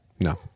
No